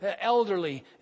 elderly